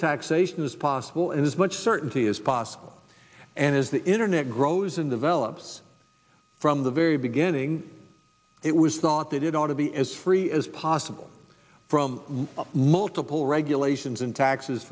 taxation as possible in as much certainty as possible and as the internet grows and develops from the very beginning it was thought that it ought to be as free as possible from multiple regulations and taxes